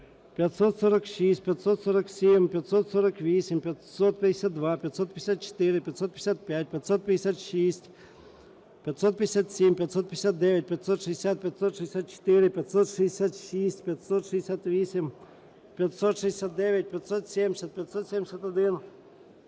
546, 547, 548, 552, 554, 555, 556, 557, 559, 560, 564, 566, 568, 569, 570, 571,